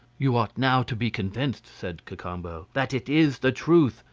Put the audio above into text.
you ought now to be convinced, said cacambo, that it is the truth,